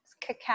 cacao